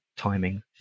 timing